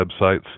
websites